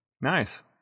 Nice